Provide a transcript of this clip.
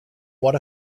what